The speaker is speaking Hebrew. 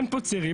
אין פה צעירים.